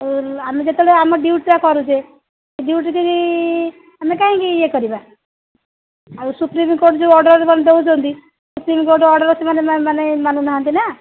ଆମେ ଯେତେବେଳେ ଆମ ଡ଼୍ୟୁଟିଟା କରୁଛେ ସେ ଡ଼୍ୟୁଟି ଆମେ କାହିଁକି ଇଏ କରିବା ଆଉ ସୁପ୍ରିମ୍ କୋର୍ଟ ଯୋଉ ଅର୍ଡ଼ର୍ ଦେଉଛନ୍ତି ସୁପ୍ରିମ୍ କୋର୍ଟ ଅର୍ଡ଼ର୍ ସେମାନେ ମାନେ ମାନୁନାହାନ୍ତି ନା